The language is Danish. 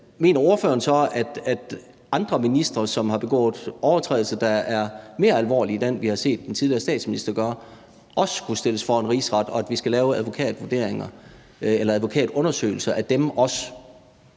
Mener ordføreren så, at andre ministre, som har begået overtrædelser, der er mere alvorlige end den, vi har set den tidligere statsminister gøre, også skulle stilles for en rigsret, og at vi også skulle lave advokatundersøgelser af dem?